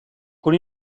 con